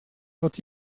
quand